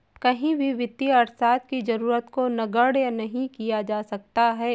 कहीं भी वित्तीय अर्थशास्त्र की जरूरत को नगण्य नहीं किया जा सकता है